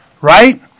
right